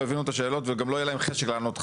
יבינו את השאלות וגם לא יהיה להם חשק לענות לך.